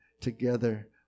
together